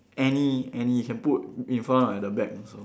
any any you can put in front or at the back also